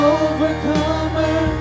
overcomer